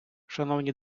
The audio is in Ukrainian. шановні